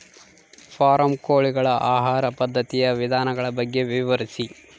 Form ಕೋಳಿಗಳ ಆಹಾರ ಪದ್ಧತಿಯ ವಿಧಾನಗಳ ಬಗ್ಗೆ ವಿವರಿಸಿ?